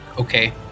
Okay